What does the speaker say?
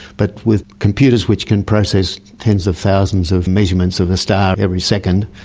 but with computers which can process tens of thousands of measurements of a star every second,